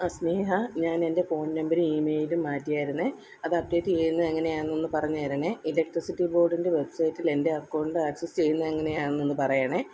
ആ സ്നേഹാ ഞാൻ എന്റെ ഫോണ് നമ്പറും ഈ മെയിലും മാറ്റിയായിരുന്നേ അത് അപ്ഡേറ്റ് ചെയ്യുന്നത് എങ്ങനെയാണെന്ന് ഒന്ന് പറഞ്ഞുതരണേ ഇലക്ക്ട്രിസിറ്റി ബോര്ഡിന്റെ വെബ്സൈറ്റില് എന്റെ അക്കൗണ്ടു ആക്ക്സെസ് ചെയ്യുന്നതെങ്ങനെയാണെന്നൊന്നു പറയണേ